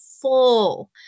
full